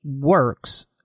works